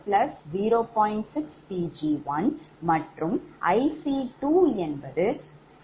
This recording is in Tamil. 6Pg1 மற்றும் IC240